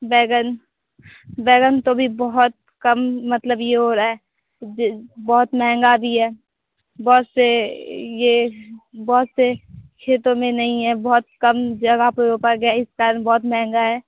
बैंगन बैंगन तो भी बहुत कम मतलब यह हो रहा है जिन बहुत महँगा भी है बहुत से यह बहुत से खेतों में नहीं है बहुत कम जगह पर रोपा गया इस कारण बहुत महँगा है